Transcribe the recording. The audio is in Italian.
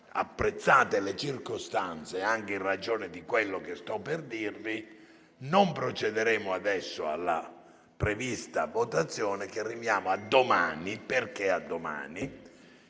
Apprezzate le circostanze e anche in ragione di quello che sto per dirvi, non procederemo adesso alla prevista votazione, che rinviamo a domani perché, non